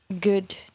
good